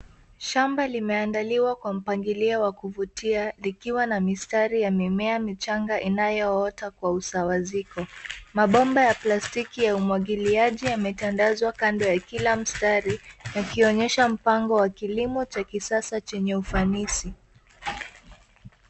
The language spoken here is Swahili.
Shamba limeandaliwa kwa mpangilio wa kuvutia likiwa na mistari ya mimea michanga inayoota kwa usawaziko. Mabomba ya plastiki ya umwagiliaji yametandazwa kando ya kila mstari ikionyesha mpango wa kilimo cha kisasa chenye ufanisi.